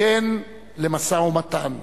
"כן" למשא-ומתן,